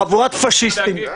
חבורת פשיסטים.